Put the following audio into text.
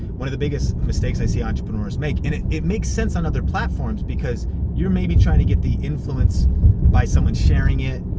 one of the biggest mistakes i see entrepreneurs make, and it it makes sense on other platforms, because you're maybe trying to get the influence by someone sharing it,